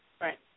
right